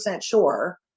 sure